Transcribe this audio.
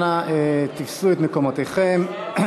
אנא תפסו את מקומותיכם.